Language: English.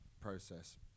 process